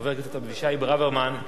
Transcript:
חבר הכנסת אבישי ברוורמן,